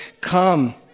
come